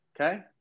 Okay